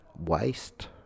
waste